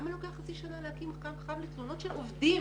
למה לוקח חצי שנה להקים קו חם לתלונות של עובדים